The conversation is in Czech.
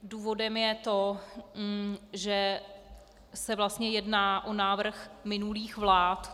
Důvodem je to, že se vlastně jedná o návrh minulých vlád.